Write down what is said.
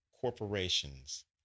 corporations